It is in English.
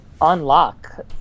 unlock